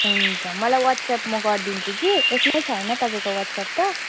हुन्छ मलाई वाट्सएप म गरिदिन्छु कि यसमै छ होइन तपाईँको वाट्सएप त